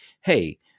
hey